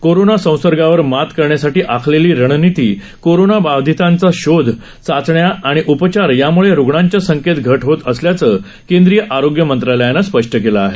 corona संसर्गावर मात करण्यासाठी आखलेली रणनीती कोरोनाबाधितांचा शोध चाचण्या आणि उपचार यामुळे रुग्णांच्या संख्येत घट होत असल्याचं केंद्रीय आरोग्य मंत्रालयानं म्हटलं आहे